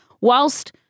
whilst